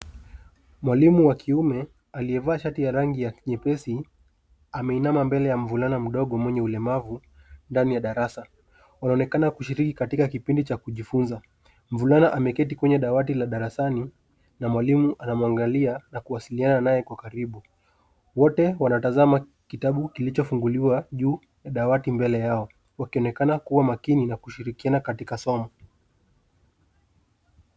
Mwalimu wa kiume alievaa shati ya rangi ya kinyepesi, ameinama mbele ya mvulana mdogo mwenye ulemavu ndani ya darasa. Wanonekana kushiriki katika kipindi cha kujifunza. Mvulana ameketi kwenye dawati la darasani na mwalimu ana mwangalia na kuwasiliana nae kwa karibu. Wote wanatazama kitabu kilicho funguliwa juu ya dawati mbele yao. Wakionekana kuwa makini na kushirikiana katika somo.